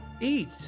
eat